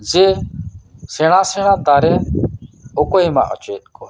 ᱡᱮ ᱥᱮᱬᱟ ᱥᱮᱬᱟ ᱫᱟᱨᱮ ᱚᱠᱚᱭᱮ ᱢᱟᱜ ᱦᱚᱪᱚᱭᱮᱫ ᱠᱚᱣᱟ